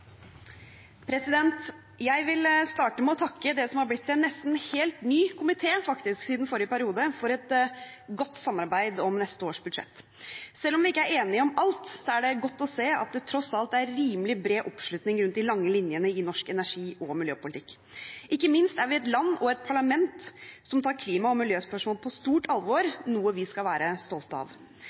Jeg vil starte med å takke det som har blitt en nesten helt ny komité siden forrige periode, for et godt samarbeid om neste års budsjett. Selv om vi ikke er enige om alt, er det godt å se at det tross alt er rimelig bred oppslutning om de lange linjene i norsk energi- og miljøpolitikk. Ikke minst er vi et land og et parlament som tar klima- og miljøspørsmål på stort alvor, noe vi skal være stolte av.